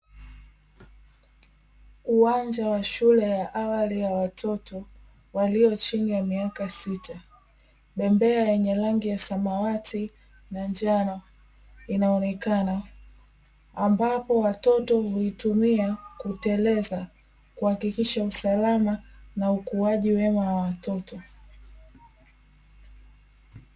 Uwanja wa shule ya awali ya watoto walio chini ya miaka sita, bembea yenye rangi ya samawati na njano inaonekana, ambapo watoto huitumia kuteleza, kuhakikisha usalama na ukuaji wema wa watoto.